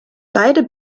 beide